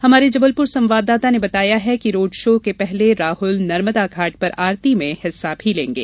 हमारे जबलपुर संवाददाता ने बताया है कि रोड शो के पहले राहुल नर्मदा घाट पर आरती में हिस्सा लेंगे